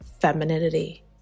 femininity